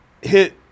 hit